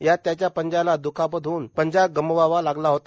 यात त्याच्या पंजाला दुखापत होऊन पंजा गमवावा लागला होता